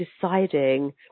deciding